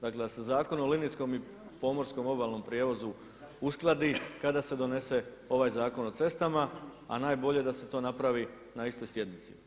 Dakle da se Zakon o linijskom i pomorskom obalnom prijevozu uskladi kada se donese ovaj Zakon o cestama, a najbolje da se to napravi na istoj sjednici.